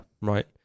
Right